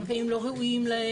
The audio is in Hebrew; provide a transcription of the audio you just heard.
הרבה פעמים לא ראויים להם,